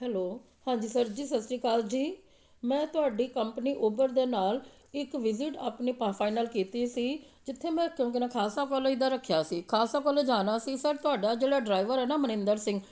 hello ਹਾਂਜੀ sir ਜੀ ਸਤਿ ਸ਼੍ਰੀ ਅਕਾਲ ਜੀ ਮੈਂ ਤੁਹਾਡੀ ਕੰਪਨੀ ਉਬਰ ਦੇ ਨਾਲ਼ ਇੱਕ ਵਿਜ਼ਿਟ ਆਪਣੀ ਪਾ ਫਾਈਨਲ ਕੀਤੀ ਸੀ ਜਿੱਥੇ ਮੈਂ ਖਾਲਸਾ ਕੋਲਜ ਦਾ ਰੱਖਿਆ ਸੀ ਖਾਲਸਾ ਕੋਲਜ ਜਾਣਾ ਸੀ ਸਰ ਤੁਹਾਡਾ ਜਿਹੜਾ ਡਰਾਈਵਰ ਹੈ ਨਾ ਮਨਿੰਦਰ ਸਿੰਘ